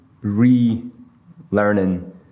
re-learning